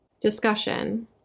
Discussion